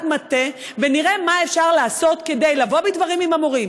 מטה ונראה מה אפשר לעשות כדי לבוא בדברים עם המורים,